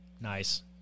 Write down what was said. Nice